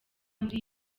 muri